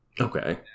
Okay